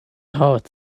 heart